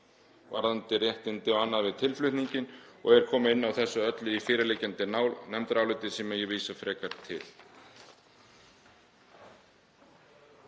varðandi réttindi og annað við tilflutninginn. Er komið inn á þetta allt í fyrirliggjandi nefndaráliti sem ég vísa frekar til.